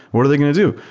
what are they going to do?